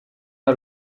how